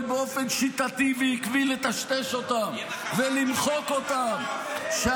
באופן שיטתי ועקבי לטשטש אותן ולמחוק אותן -- ולדימיר בליאק